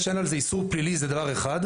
זה שאין על זה איסור פלילי זה דבר אחד,